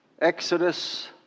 Exodus